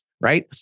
right